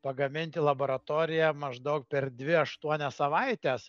pagaminti laboratoriją maždaug per dvi aštuonias savaites